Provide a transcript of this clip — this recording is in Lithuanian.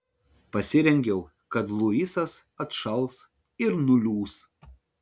pasirengiau kad luisas atšals ir nuliūs